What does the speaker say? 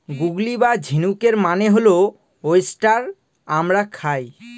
গুগলি বা ঝিনুকের মানে হল ওয়েস্টার আমরা খাই